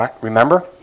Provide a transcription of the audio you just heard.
Remember